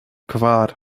kvar